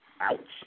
Ouch